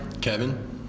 kevin